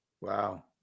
Wow